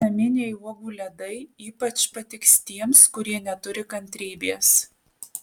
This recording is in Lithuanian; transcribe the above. naminiai uogų ledai ypač patiks tiems kurie neturi kantrybės